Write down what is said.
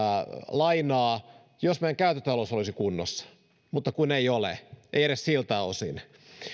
lainaa jos meidän käyttötalous olisi kunnossa mutta kun ei ole ei edes siltä osin